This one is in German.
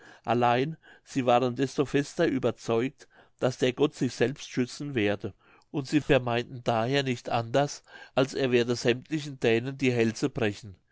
allein sie waren desto fester überzeugt daß der gott sich selbst schützen werde und sie vermeinten daher nicht anders als er werde sämmtlichen dänen die hälse brechen